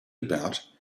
about